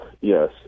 yes